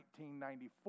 1994